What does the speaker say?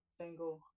single